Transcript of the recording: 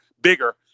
bigger